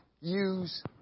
use